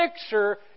picture